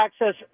access